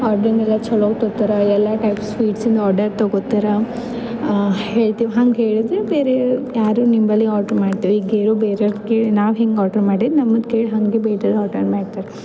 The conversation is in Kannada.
ಆರ್ಡರಿಂಗ್ ಎಲ್ಲ ಛಲೋ ತಗೋತಾರ ಎಲ್ಲ ಟೈಪ್ಸ್ ಸ್ವೀಟ್ಸಿನ ಆರ್ಡರ್ ತಗೋತಾರ ಹೇಳ್ತಿವಿ ಹಂಗೆ ಹೇಳಿದರೆ ಬೇರೆ ಯಾರು ನಿಂಬಲ್ಲಿ ಆರ್ಡರ್ ಮಾಡ್ತೀವಿ ಈಗ ಬೇರೆಯವ್ರು ಕೇಳಿ ನಾವು ಹೆಂಗೆ ಆರ್ಡರ್ ಮಾಡಿದೆ ನಮ್ಮನ್ನು ಕೇಳಿ ಹಂಗೆ ಬೇರೆಯವ್ರು ಆರ್ಡರ್ ಮಾಡ್ತಾರೆ